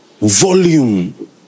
volume